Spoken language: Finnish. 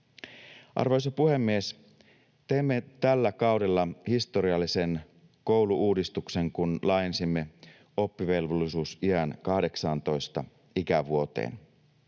Arvoisa puhemies! Teimme tällä kaudella historiallisen koulu-uudistuksen, kun laajensimme oppivelvollisuusiän 18 ikävuoteen.